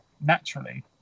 naturally